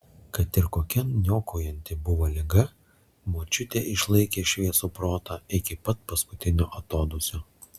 kad ir kokia niokojanti buvo liga močiutė išlaikė šviesų protą iki pat paskutinio atodūsio